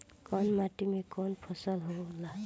कवन माटी में कवन फसल हो ला?